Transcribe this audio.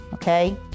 Okay